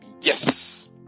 Yes